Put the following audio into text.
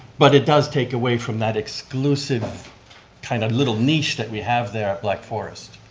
but it does take away from that exclusive kind of little niche that we have there at black forest,